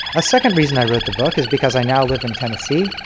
a second reason i wrote the book is because i now live in tennessee.